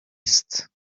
است